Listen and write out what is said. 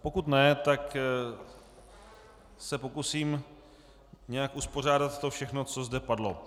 Pokud ne, tak se pokusím nějak uspořádat všechno, co zde padlo.